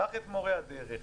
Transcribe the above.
קח את מורי הדרך,